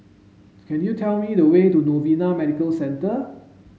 can you tell me the way to Novena Medical Centre